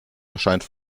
erscheint